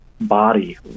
body